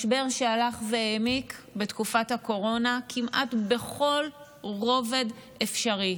משבר שהלך והעמיק בתקופת הקורונה כמעט בכל רובד אפשרי.